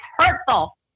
hurtful